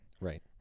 Right